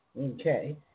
Okay